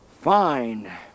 Fine